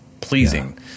pleasing